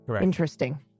interesting